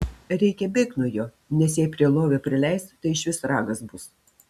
reikia bėgt nuo jo nes jei prie lovio prileis tai išvis ragas bus